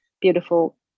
beautiful